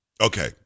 Okay